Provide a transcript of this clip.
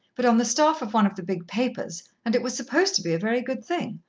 but on the staff of one of the big papers, and it was supposed to be a very good thing,